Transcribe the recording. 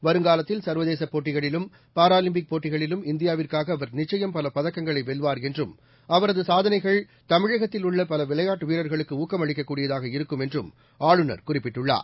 வருங்காலத்தில் சர்வதேச போட்டிகளிலும் பாராலிம்பிக் போட்டிகளிலும் இந்தியாவிற்காக அவர் நிச்சயம் பல பதக்கங்களை வெல்வார் என்றும் அவரது சாதனைகள் தமிழகத்தில் உள்ள பல விளையாட்டு வீரர்களுக்கு ஊக்கம் அளிக்கக்கூடியதாக இருக்கும் என்றும் ஆளுநர் குறிப்பிட்டுள்ளார்